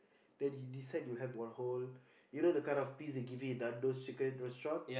then you decide you have one whole you know the kind of piece they give you in Nando's chicken restaurant